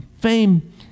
Fame